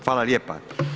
Hvala lijepa.